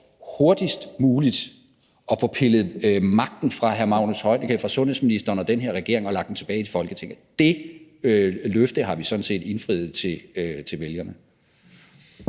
hurtigst muligt at få pillet magten fra sundhedsministeren og den her regering og få lagt den tilbage i Folketinget. Det løfte har vi sådan set indfriet til vælgerne.